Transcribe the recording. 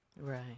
Right